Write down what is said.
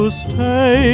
stay